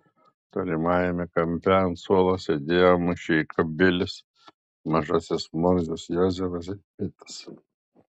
tolimajame kampe ant suolo sėdėjo mušeika bilis mažasis murzius jozefas ir pitas